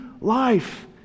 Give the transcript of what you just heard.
life